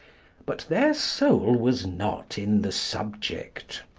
but their soul was not in the subject.